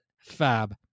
Fab